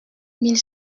mille